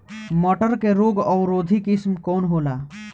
मटर के रोग अवरोधी किस्म कौन होला?